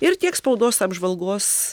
ir tiek spaudos apžvalgos